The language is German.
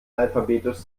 alphabetisch